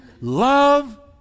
love